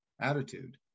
attitude